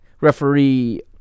Referee